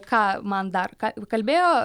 ką man dar ką ir kalbėjo